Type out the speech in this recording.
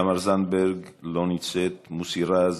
תמר זנדברג, לא נמצאת, מוסי רז,